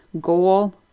goal